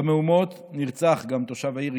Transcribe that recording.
במהומות גם נרצח תושב העיר,